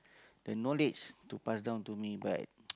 the knowledge to pass down to me but